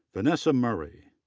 vanessa murray,